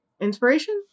inspiration